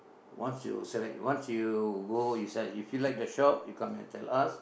once you select once you go you select if you like the shop you come and tell us